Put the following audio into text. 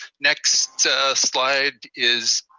next slide is